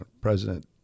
President